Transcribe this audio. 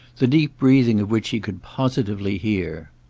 the deep breathing of which he could positively hear.